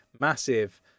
massive